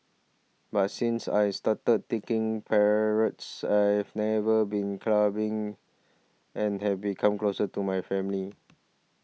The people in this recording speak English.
but since I started taking parrots I've never been clubbing and have become closer to my family